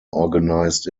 organized